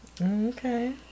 Okay